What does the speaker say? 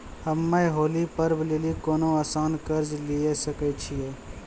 हम्मय होली पर्व लेली कोनो आसान कर्ज लिये सकय छियै?